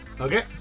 Okay